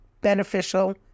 beneficial